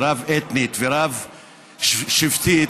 רב-אתנית ורב-שבטית,